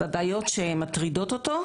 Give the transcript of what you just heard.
בקיץ,